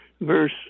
Verse